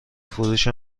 فروش